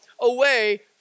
away